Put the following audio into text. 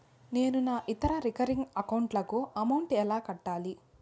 నేను నా ఇతర రికరింగ్ అకౌంట్ లకు అమౌంట్ ఎలా కట్టాలి?